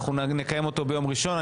אנחנו נדון בו ביום ראשון,